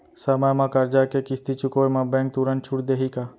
समय म करजा के किस्ती चुकोय म बैंक तुरंत छूट देहि का?